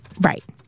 Right